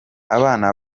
abana